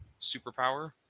superpower